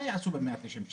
מה יעשו ב-190 שקל?